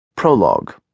Prologue